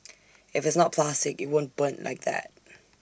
if it's not plastic IT won't burn like that